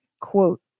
Quote